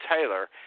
Taylor